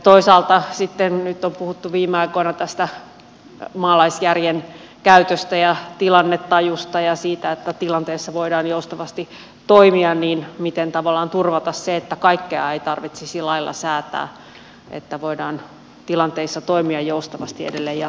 toisaalta sitten kun nyt on puhuttu viime aikoina tästä maalaisjärjen käytöstä ja tilannetajusta ja siitä että tilanteissa voidaan joustavasti toimia niin miten tavallaan turvata se että kaikkea ei tarvitsisi lailla säätää että voidaan tilanteissa toimia joustavasti edelleen jatkossakin